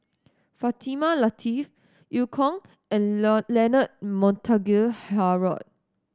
Fatimah Lateef Eu Kong and Leonard Montague Harrod